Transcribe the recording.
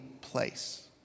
place